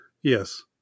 Yes